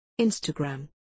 Instagram